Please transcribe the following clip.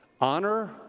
honor